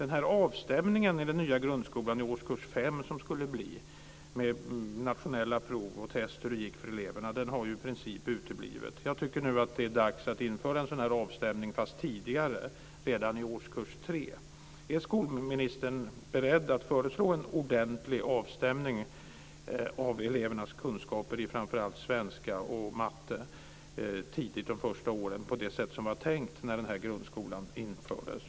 Den här avstämningen i den nya grundskolan som skulle bli i årskurs 5 med nationella prov och test på hur det gick för eleverna, den har i princip uteblivit. Jag tycker nu att det är dags att införa en sådan här avstämning - fast tidigare, redan i årskurs 3. Är skolministern beredd att föreslå en ordentlig avstämning av elevernas kunskaper i framför allt svenska och matte tidigt, de första åren, på det sätt som var tänkt när den här grundskolan infördes?